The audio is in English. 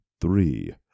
Three